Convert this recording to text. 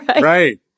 right